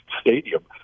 stadium